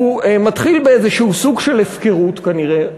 הוא מתחיל באיזשהו סוג של הפקרות, כנראה,